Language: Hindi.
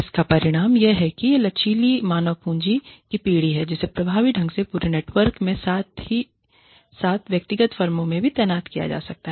इसका परिणाम यह है कियह लचीली मानव पूंजी flexible human capitalकी पीढ़ी है जिसे प्रभावी ढंग से पूरे नेटवर्क में साथ ही साथ व्यक्तिगत फर्मों में भी तैनात किया जा सकता है